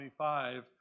25